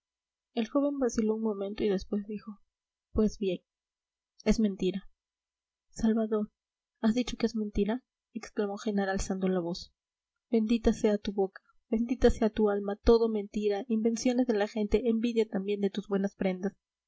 el joven vaciló un momento y después dijo pues bien es mentira salvador has dicho que es mentira exclamó genara alzando la voz bendita sea tu boca bendita sea tu alma todo mentira invenciones de la gente envidia también de tus buenas prendas